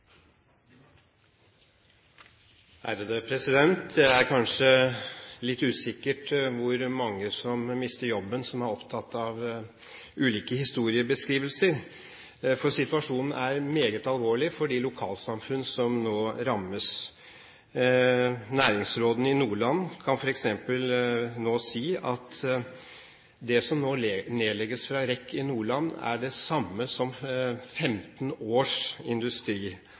er kanskje litt usikkert hvor opptatt mange av dem som mister jobben, er av ulike historiebeskrivelser. Situasjonen er meget alvorlig for de lokalsamfunn som nå rammes. Næringsråden i Nordland kan f.eks. si at det som nå nedlegges hos REC i Nordland, er det samme som 15 års